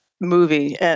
movie